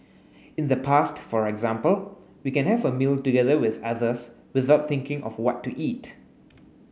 in the past for example we can have a meal together with others without thinking of what to eat